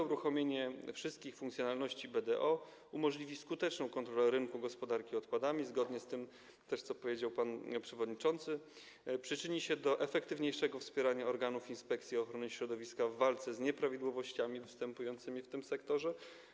Pełne uruchomienie wszystkich funkcjonalności BDO umożliwi skuteczną kontrolę rynku gospodarki odpadami, zgodnie z tym też, co powiedział pan przewodniczący, przyczyni się do efektywniejszego wspierania organów Inspekcji Ochrony Środowiska w walce z nieprawidłowościami występującymi w tym sektorze.